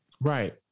right